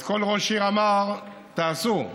אז כל ראש עיר אמר: תעשו.